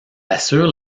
assure